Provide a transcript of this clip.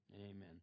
Amen